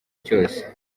cyose